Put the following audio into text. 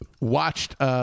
watched